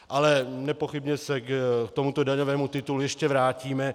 Ale nepochybně se k tomuto daňovému titulu ještě vrátíme.